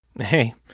Hey